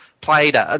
played